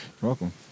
Welcome